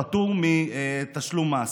פטור מתשלום מס.